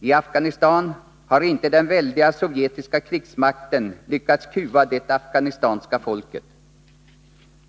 I Afghanistan har inte den väldiga sovjetiska krigsmakten lyckats kuva det afghanska folket.